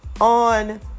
on